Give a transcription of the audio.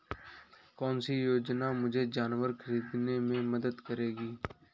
कौन सी योजना मुझे जानवर ख़रीदने में मदद करेगी?